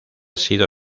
sido